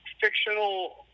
fictional